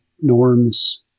norms